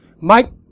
Mike